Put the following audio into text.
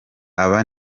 aba